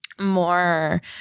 more